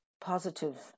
positive